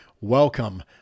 Welcome